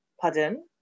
Pardon